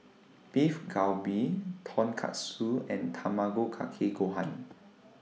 Beef Galbi Tonkatsu and Tamago Kake Gohan